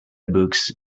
books